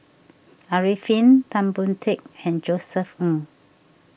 Arifin Tan Boon Teik and Josef Ng